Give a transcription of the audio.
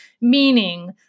meaning